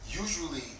usually